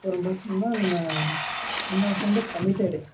அப்புறம் பார்த்திங்கன்னா நம்ம இன்னொரு ஃப்ரெண்டு கமிட்டடு